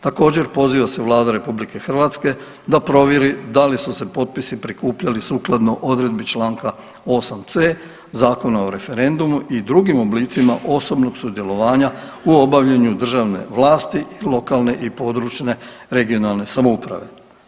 Također poziva se Vlada RH da provjeri da li su se potpisi prikupljali sukladno odredbi članka 8c. Zakona o referendumu i drugim oblicima osobnog sudjelovanja u obavljanju državne vlasti i lokalne i područne (regionalne) samouprave.